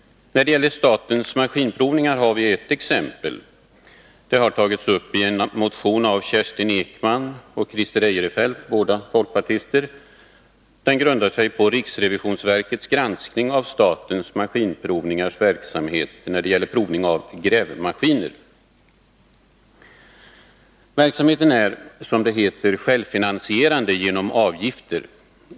Statens maskinprovningar är ett exempel. Det har tagits upp i en motion av Kerstin Ekman och Christer Eirefelt, båda folkpartister. Den grundar sig på riksrevisionsverkets granskning av statens maskinprovningars verksamhet när det gäller provning av grävmaskiner. Verksamheten är, som det heter, självfinansierande genom avgifter.